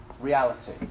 reality